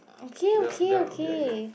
okay okay okay